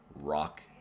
Rock